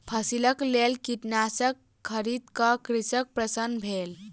फसिलक लेल कीटनाशक खरीद क कृषक प्रसन्न भेल